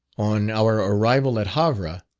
on our arrival at havre,